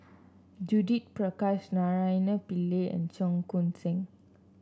Judith Prakash Naraina Pillai and Cheong Koon Seng